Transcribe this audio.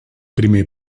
primer